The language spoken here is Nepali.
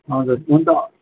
हजुर हुन्छ